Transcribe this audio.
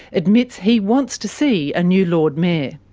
admits he wants to see a new lord mayor.